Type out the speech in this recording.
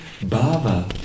Baba